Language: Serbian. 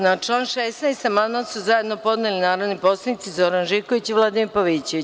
Na član 16. amandman su zajedno podneli narodni poslanici Zoran Živković i Vladimir Pavićević.